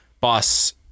boss